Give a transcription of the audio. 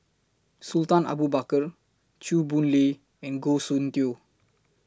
Sultan Abu Bakar Chew Boon Lay and Goh Soon Tioe